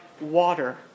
water